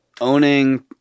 Owning